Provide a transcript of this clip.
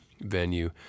venue